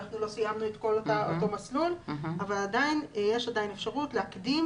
אנחנו לא סיימנו את כל המסלול אבל עדיין יש אפשרות להקדים